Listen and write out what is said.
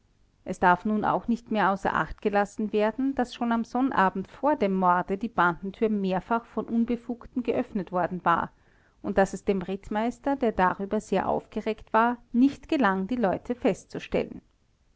es darf nun auch nicht außer acht gelassen werden daß schon am sonnabend vor dem morde die bandentür mehrfach von unbefugten geöffnet worden war und daß es dem rittmeister der darüber sehr aufgeregt war nicht gelang die leute festzustellen